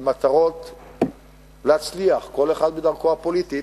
עם מטרות להצליח, כל אחד בדרכו הפוליטית,